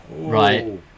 Right